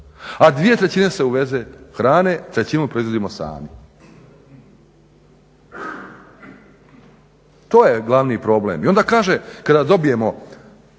i svugdje, a 2/3 se uveze hrane, 1/3 proizvodimo sami. To je glavni problem. I onda kaže dobijemo